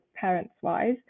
parents-wise